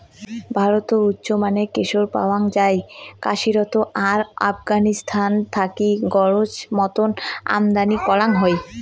ভারতত উচ্চমানের কেশর পাওয়াং যাই কাশ্মীরত আর আফগানিস্তান থাকি গরোজ মতন আমদানি করাং হই